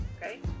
Okay